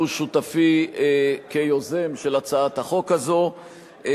שהוא שותפי כיוזם של הצעת החוק הזאת.